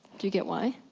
do you get why?